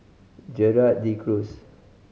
Gerald De Cruz